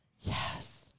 Yes